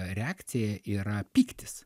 reakcija yra pyktis